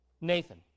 Nathan